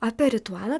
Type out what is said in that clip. apie ritualą